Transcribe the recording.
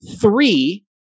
three